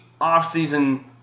offseason